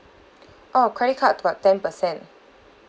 oh credit card got ten percent